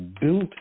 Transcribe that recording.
built